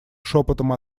шепотом